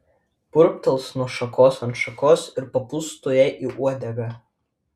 purptels nuo šakos ant šakos ir papūsk tu jai į uodegą